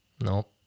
Nope